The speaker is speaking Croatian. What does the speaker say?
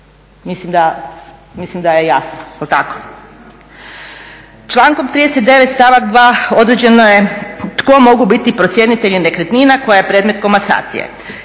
Mislim da je jasno, je l tako. Člankom 39. stavak 2. određeno je tko mogu biti procjenitelji nekretnine koja je predmet komasacije